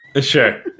Sure